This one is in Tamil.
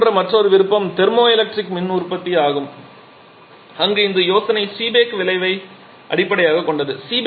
இதேபோன்ற மற்றொரு விருப்பம் தெர்மோஎலக்ட்ரிக் மின் உற்பத்தி ஆகும் அங்கு இந்த யோசனை சீபெக் விளைவை அடிப்படையாகக் கொண்டது